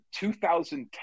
2010